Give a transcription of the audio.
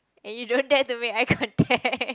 and you don't dare to make eye contact